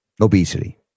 Obesity